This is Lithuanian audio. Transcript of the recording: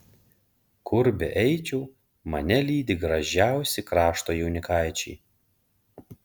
kur beeičiau mane lydi gražiausi krašto jaunikaičiai